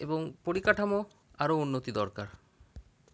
এবং পরিকাঠামো আরো উন্নতি দরকার